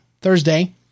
Thursday